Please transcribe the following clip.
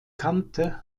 kante